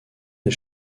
des